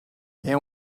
and